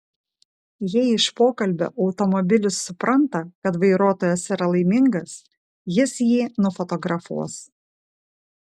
jei iš pokalbio automobilis supranta kad vairuotojas yra laimingas jis jį nufotografuos